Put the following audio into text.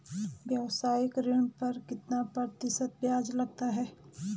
व्यावसायिक ऋण पर कितना प्रतिशत ब्याज लगता है?